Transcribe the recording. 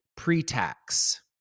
pre-tax